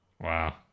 Wow